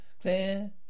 Claire